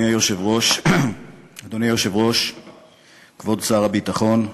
אדוני היושב-ראש, כבוד שר הביטחון,